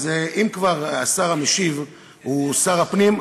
אז אם כבר השר המשיב הוא שר הפנים,